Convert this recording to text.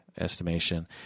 estimation